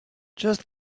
just